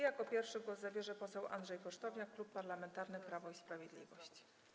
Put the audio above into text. Jako pierwszy głos zabierze pan poseł Andrzej Kosztowniak, Klub Parlamentarny Prawo i Sprawiedliwość.